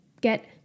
get